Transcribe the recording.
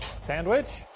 sandwich?